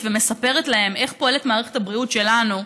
ומספרת להם איך פועלת מערכת הבריאות שלנו,